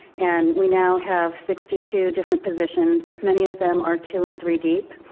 and we now have sixty two different positions, many of them are two and three deep.